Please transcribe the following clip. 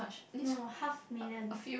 no half million